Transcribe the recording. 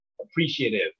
appreciative